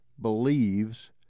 believes